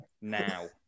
now